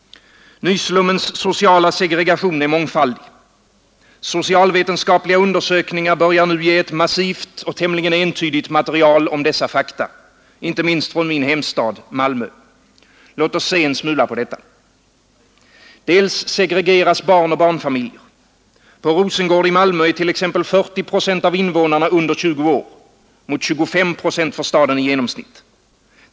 Nyslummens sociala segregation är mångfaldig. Socialvetenskapliga undersökningar börjar nu ge ett massivt och tämligen entydigt material om dessa fakta, inte minst från min hemstad, Malmö. Låt oss se en smula på detta. Dels segregeras barn och barnfamiljer. På Rosengård i Malmö är t.ex. 40 procent av invånarna under 20 år, mot 25 procent för staden i genomsnitt.